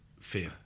fear